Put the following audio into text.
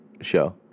show